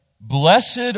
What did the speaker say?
Blessed